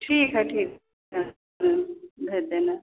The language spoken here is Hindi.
ठीक है ठीक है नमस्ते मैम भेज देना